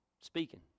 speaking